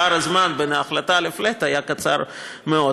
פער הזמן בין ההחלטה ל-flat היה קצר מאוד.